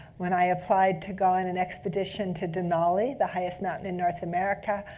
when i applied to go on an expedition to denali, the highest mountain in north america,